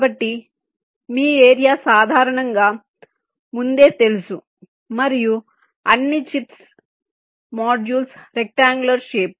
కాబట్టి మీ ఏరియా సాధారణంగా ముందే తెలుసు మరియు అన్ని చిప్స్ చూడండి సమయం 1810 మోడ్యుల్స్ రెక్ట్అంగుళర్ షేప్